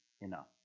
enough